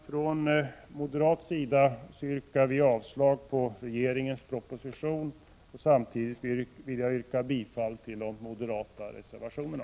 Från moderat sida yrkar vi avslag på regeringens proposition. Jag vill samtidigt yrka bifall till de moderata reservationerna.